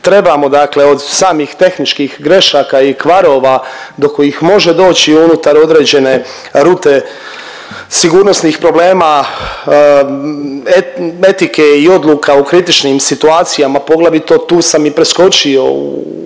Trebamo, dakle od samih tehničkih grašaka i kvarova do kojih može doći unutar određene rute sigurnosnih problema, etike i odluka u kritičnim situacijama, poglavito tu sam i preskočio u